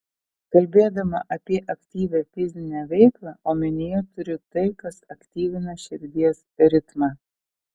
kalbėdama apie aktyvią fizinę veiklą omenyje turiu tai kas aktyvina širdies ritmą